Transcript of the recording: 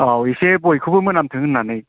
औ एसे बयखौबो मोनामथों होननानै